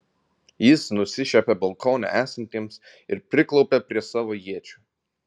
jis nusišiepė balkone esantiems ir priklaupė prie savo iečių